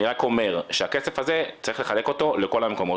אני רק אומר שהכסף הזה צריך לחלק אותו לכל המקומות,